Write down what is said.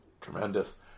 Tremendous